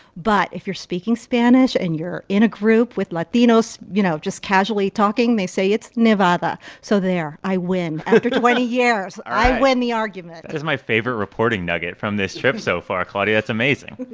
but if you're speaking spanish and you're in a group with latinos, you know, just casually talking, they say it's nevada. so there. i win. after twenty years, i win the argument that is my favorite reporting nugget from this trip so far, claudia. that's amazing